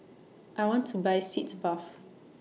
I want to Buy Sitz Bath